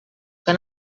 que